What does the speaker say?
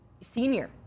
senior